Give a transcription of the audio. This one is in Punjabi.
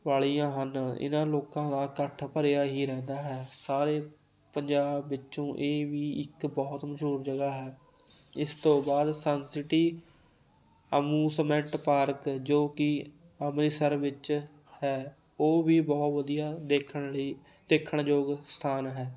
ਵਾਲੀਆਂ ਹਨ ਇਹਨਾਂ ਲੋਕਾਂ ਦਾ ਇਕੱਠ ਭਰਿਆ ਹੀ ਰਹਿੰਦਾ ਹੈ ਸਾਰੇ ਪੰਜਾਬ ਵਿੱਚੋਂ ਇਹ ਵੀ ਇੱਕ ਬਹੁਤ ਮਸ਼ਹੂਰ ਜਗ੍ਹਾ ਹੈ ਇਸ ਤੋਂ ਬਾਅਦ ਸੰਨਸਿਟੀ ਅਮੂਸਮੈਂਟ ਪਾਰਕ ਜੋ ਕਿ ਅੰਮ੍ਰਿਤਸਰ ਵਿੱਚ ਹੈ ਉਹ ਵੀ ਬਹੁਤ ਵਧੀਆ ਦੇਖਣ ਲਈ ਦੇਖਣ ਯੋਗ ਸਥਾਨ ਹੈ